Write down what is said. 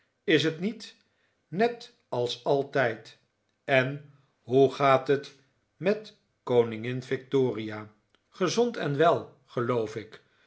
is t niet net als altijd en hoe gaat het met koningin victoria gezond en wel geloof ik